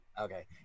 okay